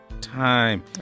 time